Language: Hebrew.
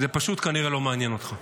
זה פשוט כנראה לא מעניין אותך.